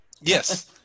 Yes